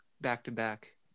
back-to-back